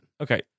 Okay